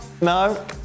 No